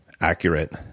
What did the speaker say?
accurate